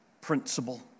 principle